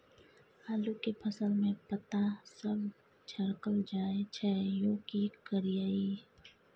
आलू के फसल में पता सब झरकल जाय छै यो की करियैई?